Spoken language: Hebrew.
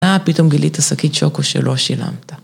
‫מה פתאום גילית שקית שוקו ‫שלא שילמת?